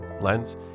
lens